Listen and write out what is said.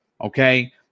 Okay